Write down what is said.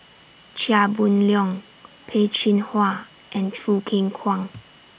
Chia Boon Leong Peh Chin Hua and Choo Keng Kwang